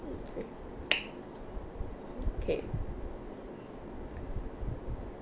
mm oh okay